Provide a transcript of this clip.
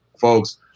folks